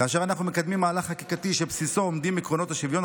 כאשר אנחנו מקדמים מהלך חקיקתי שבבסיסו עומדים עקרונות השוויון,